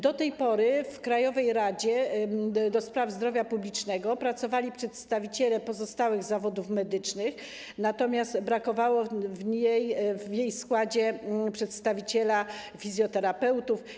Do tej pory w Radzie do spraw Zdrowia Publicznego pracowali przedstawiciele pozostałych zawodów medycznych, natomiast brakowało w jej składzie przedstawiciela fizjoterapeutów.